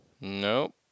Nope